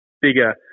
bigger